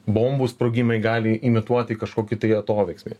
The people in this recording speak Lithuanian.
bombų sprogimai gali imituoti kažkokį tai atoveiksmį